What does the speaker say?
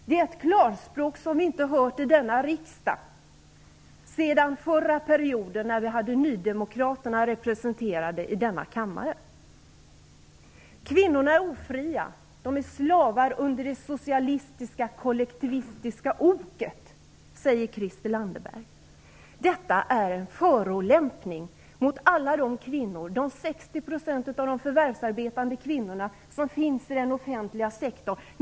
Det är ett klarspråk som vi inte hört i denna riksdag sedan den förra mandatperioden, då vi hade nydemokraterna representerade i denna kammare. Kvinnorna är ofria. De är slavar under det socialistiska kollektivistiska oket, säger Christel Anderberg. Detta är en förolämpning mot alla de kvinnor - 60 % av de förvärvsarbetande kvinnorna - som finns i den offentliga sektorn.